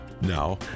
Now